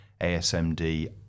ASMD